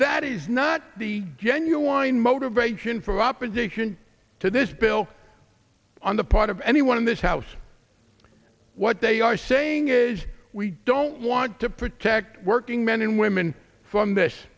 that is not the genuine motivation for opposition to this bill on the part of anyone in this house what they are saying is we don't want to protect working men and women from this